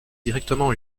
directement